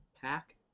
Pack